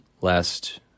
last